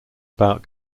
about